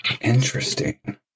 interesting